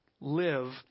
live